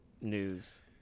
news